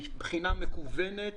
בחינה מקוונת,